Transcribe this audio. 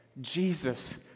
Jesus